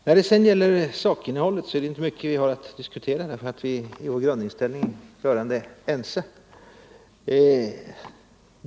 När det sedan gäller sakinnehållet är det inte mycket vi har att diskutera, därför att vi i vår grundinställning är rörande eniga.